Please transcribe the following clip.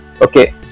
Okay